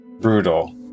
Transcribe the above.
brutal